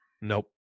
Nope